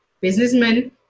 businessman